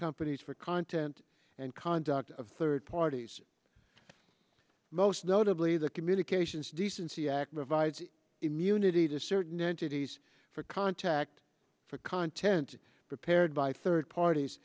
companies for content and conduct of third parties most notably the communications decency act provides immunity to certain entities for contact for content prepared by third parties